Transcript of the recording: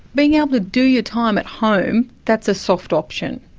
being able to do your time at home, that's a soft option.